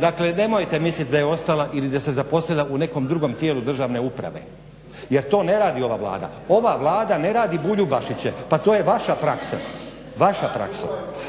Dakle, nemojte misliti da je ostala ili da se zaposlila u nekom drugom tijelu državne uprave jer to ne radi ova Vlada. Ova Vlada ne radi Buljubašiće. Pa to je vaša praksa, vaša praksa.